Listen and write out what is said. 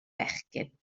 fechgyn